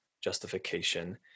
justification